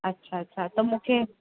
अच्छा अच्छा त मूंखे